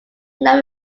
not